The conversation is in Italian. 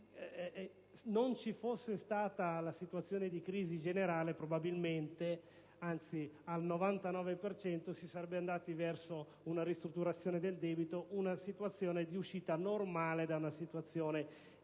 Non ci fosse stata la situazione di crisi generale, al 99 per cento si sarebbe andati verso una ristrutturazione del debito, una situazione di uscita normale da una situazione di